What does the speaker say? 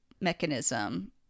mechanism